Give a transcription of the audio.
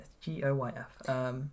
G-O-Y-F